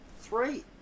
Three